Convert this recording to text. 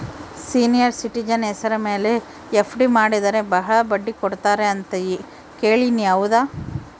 Senior citizen ಹೆಸರ ಮೇಲೆ FD ಮಾಡಿದರೆ ಬಹಳ ಬಡ್ಡಿ ಕೊಡ್ತಾರೆ ಅಂತಾ ಕೇಳಿನಿ ಹೌದಾ?